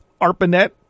ARPANET